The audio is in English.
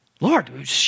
Lord